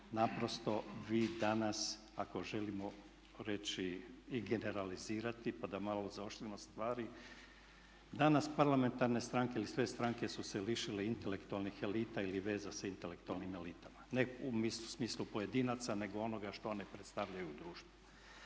Naprosto vi danas ako želimo reći i generalizirati pa da malo zaoštrimo stvari, danas parlamentarne stranke ili sve stranke su se lišile intelektualnih elita ili veza sa intelektualnim elitama, ne u smislu pojedinaca nego onoga što one predstavljaju u društvu.